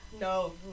No